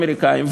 אמריקניים,